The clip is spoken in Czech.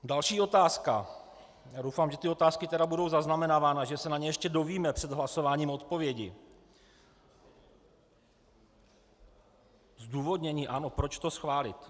Další otázka, a já doufám, že otázky budou zaznamenávány, že se na ně ještě dovíme před hlasováním odpovědi, zdůvodnění, proč to schválit.